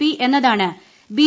P എന്നതാണ് B